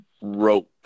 rope